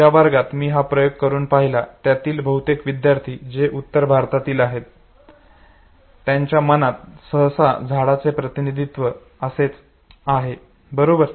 ज्या वर्गात मी हा प्रयोग करून पाहिला त्यातील बहुतेक विद्यार्थी जे उत्तर भारतातील आहेत त्यांच्या मनात सहसा झाडाचे प्रतिनिधित्व असेच आहे बरोबर